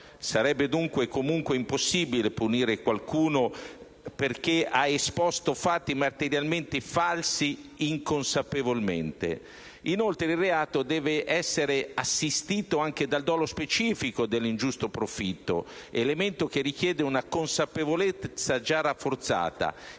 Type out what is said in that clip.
sarebbe dunque comunque impossibile punire qualcuno perché ha esposto fatti materiali falsi «inconsapevolmente». Inoltre, il reato deve essere assistito anche dal dolo specifico dell'ingiusto profitto, elemento che richiede una consapevolezza già rafforzata.